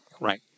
right